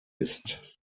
ist